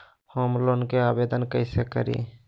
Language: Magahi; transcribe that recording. होम लोन के आवेदन कैसे करि?